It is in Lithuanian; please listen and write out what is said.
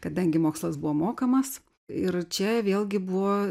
kadangi mokslas buvo mokamas ir čia vėlgi buvo